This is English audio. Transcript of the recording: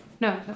No